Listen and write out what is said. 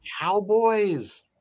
Cowboys